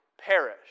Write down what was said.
perish